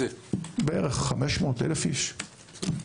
בערך 500 או 1,000 אנשים.